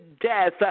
death